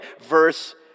Verse